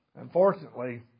Unfortunately